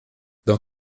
dans